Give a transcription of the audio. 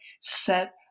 set